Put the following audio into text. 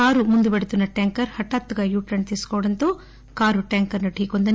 car ముందు వెళుతున్న tanker హఠాత్తుగా యూటర్స్ తీసుకోవడంతో కారు ట్యాంకర్ ను ఢీ కొంది